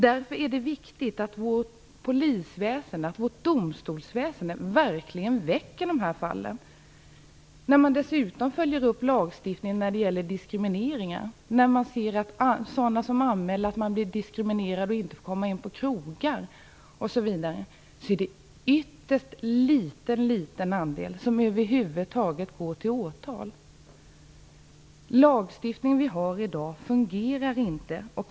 Därför är det viktigt att vårt polisväsende och vårt domstolsväsende verkligen beivrar de här fallen. Dessutom måste man följa upp lagstiftningen som gäller diskriminering. När det gäller de fall där människor anmäler att de inte får komma in på krogar osv, är det en ytterst liten andel som över huvud taget går till åtal. Den lagstiftning vi har i dag fungerar inte.